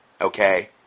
okay